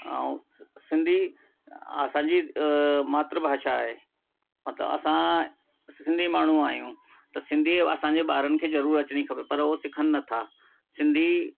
ऐं सिंधी असांजी मात्र भाषा आहे मतिलबु असां सिंधी माण्हू आहियूं त सिंधीअ असांजे ॿारनि खे ज़रूर अचणी खपे पर उहे सिखनि नथा सिंधी